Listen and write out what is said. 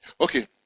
Okay